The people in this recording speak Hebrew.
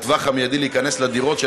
בטווח המיידי להיכנס לדירות,